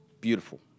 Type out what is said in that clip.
Beautiful